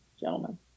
gentlemen